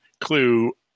clue